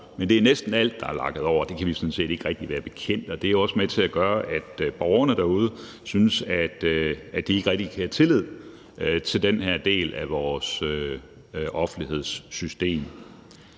men det er næsten alt, der er streget over. Det kan vi jo sådan set ikke rigtig være bekendt, og det er også med til at gøre, at borgerne derude synes, at de ikke rigtig kan have tillid til den her del af vores offentlighedssystem.